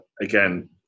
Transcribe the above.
Again